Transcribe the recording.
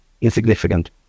insignificant